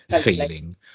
feeling